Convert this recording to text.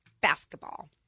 basketball